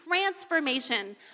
transformation